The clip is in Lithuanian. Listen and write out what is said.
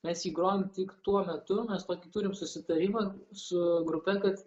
mes jį grojam tik tuo metu mes tokį turim susitarimą su grupe kad